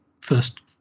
first